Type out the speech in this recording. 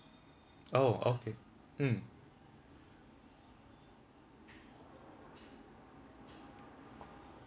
oh okay mm